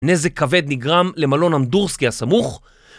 נזק כבד נגרם למלון אמדורסקי הסמוך